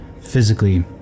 Physically